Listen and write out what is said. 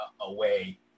away